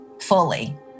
fully